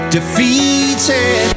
Defeated